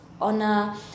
Honor